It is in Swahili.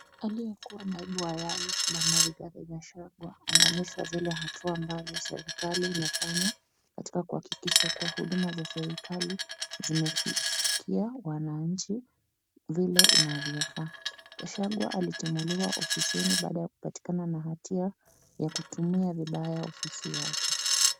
Aliyekuwa naibu wa rais bwana Rigathi Gachagua anonyeshwa zile hatua ambazo serikali imefanya katika kuhakikisha kuwa huduma za serikali zimefikia wananchi vile inavyofaa. Gachagua alitimuliwa ofisini baada ya kupatikana na hatia ya kutumia vibaya ofisi yake.